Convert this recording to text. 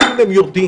האם הם יודעים